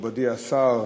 מכובדי השר,